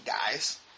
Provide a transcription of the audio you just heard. guys